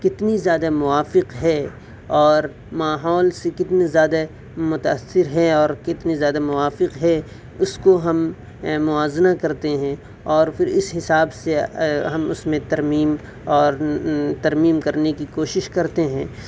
کتنی زیادہ موافق ہے اور ماحول سے کتنی زیادہ متأثر ہے اور کتنی زیادہ موافق ہے اس کو ہم موازنہ کرتے ہیں اور پھر اس حساب سے ہم اس میں ترمیم اور ترمیم کرنے کوشش کرتے ہیں